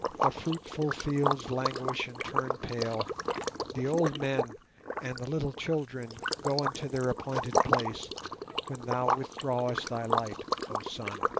the fruitful fields languish and turn pale the old men and the little children go unto their appointed place when thou withdrawest thy light, oh sun!